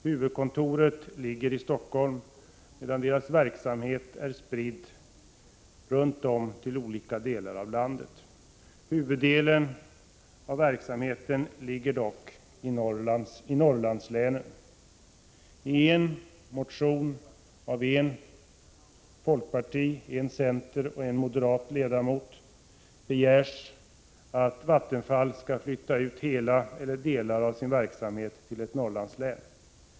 Huvudkontoret ligger i Stockholm, medan verksamheten är spridd till olika delar av landet. Huvuddelen ligger dock i Norrlandslänen. I en motion av en folkpartist, en centerpartist och en moderat ledamot begärs att Vattenfall skall flytta ut hela sin verksamhet eller delar därav till ett Norrlandslän.